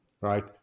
right